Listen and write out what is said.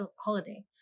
holiday